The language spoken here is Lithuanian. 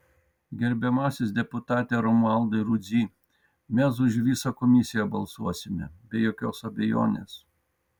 gerbiamasis deputate romualdai rudzy mes už visą komisiją balsuosime be jokios abejonės